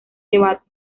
debate